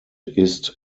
ist